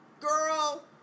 Girl